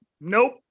nope